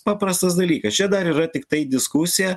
paprastas dalykas čia dar yra tiktai diskusija